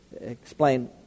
explain